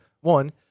One